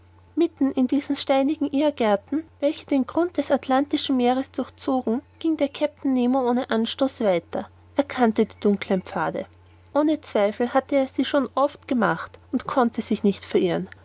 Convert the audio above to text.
mitten in diesen steinigen irrgängen welche den grund des atlantischen meeres durchzogen ging der kapitän nemo ohne anstoß weiter er kannte die dunkeln pfade ohne zweifel hatte er sie schon oft gemacht und konnte sich nicht verirren